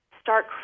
start